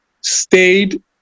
stayed